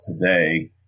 today